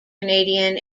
canadian